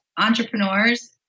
entrepreneurs